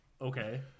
okay